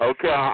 Okay